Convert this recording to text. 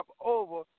over